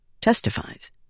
testifies